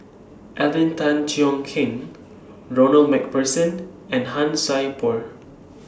Alvin Tan Cheong Kheng Ronald MacPherson and Han Sai Por